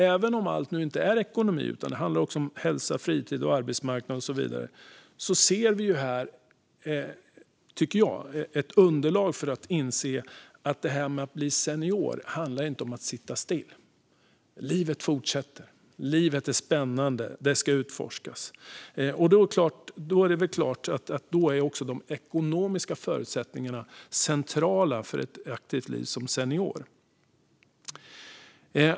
Även om allting nu inte är ekonomi utan att det också handlar om hälsa, fritid, arbetsmarknad och så vidare ser vi här ett underlag för att inse att det här med att bli senior inte handlar om att sitta still. Livet fortsätter. Livet är spännande, och det ska utforskas. Då är det väl klart att också de ekonomiska förutsättningarna är centrala för att ha ett aktivt liv som senior.